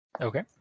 Okay